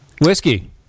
Whiskey